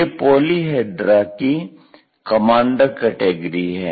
ये पॉलीहेड्रा की कमांडर कैटेगरी है